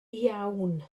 iawn